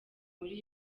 muri